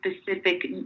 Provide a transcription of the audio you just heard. specific